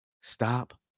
stop